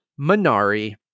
Minari